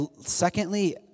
secondly